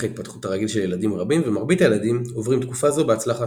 ההתפתחות הרגיל של ילדים רבים ומרבית הילדים עוברים תקופה זו בהצלחה.